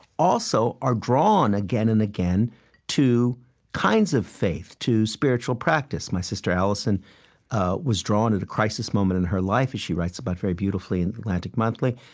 also are drawn again and again to kinds of faith, to spiritual practice my sister alison ah was drawn at a crisis moment in her life, as she writes about very beautifully in the atlantic monthly,